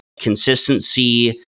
consistency